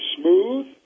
smooth